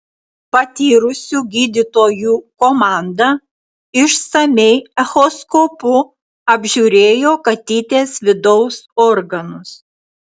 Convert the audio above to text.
patyrusių gydytojų komanda išsamiai echoskopu apžiūrėjo katytės vidaus organus